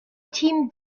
team